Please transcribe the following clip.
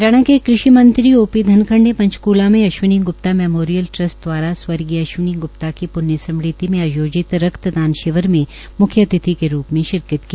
हरियाणा के कृषि मंत्री ओ पी धनखड़ ने पंचकूला में अश्वनी ग्प्ता मैमोरियल ट्रस्ट द्वारा स्वर्गीय अश्वनी ग्प्ता की प्ण्य स्मृति में आयोजित रक्दान शिविर में मुख्य अतिथि के रूप में शिरकत की